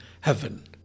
heaven